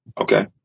Okay